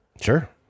sure